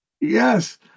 Yes